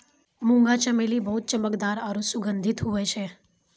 मुंगा चमेली बहुत चमकदार आरु सुगंधित हुवै छै